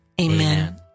Amen